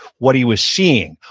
what he was seeing,